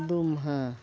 ᱫᱩᱢᱦᱟ